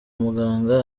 muganga